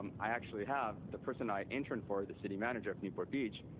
um i actually have the person i interned for, the city manager of newport beach,